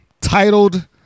titled